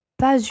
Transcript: pas